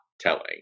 telling